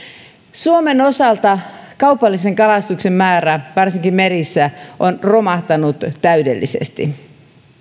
suomen osalta kaupallisen kalastuksen määrä varsinkin merissä on romahtanut täydellisesti